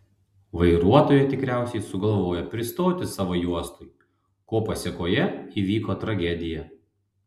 vairuotoja tikriausiai sugalvojo pristoti savo juostoj ko pasėkoje įvyko tragedija